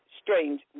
strange